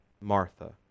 Martha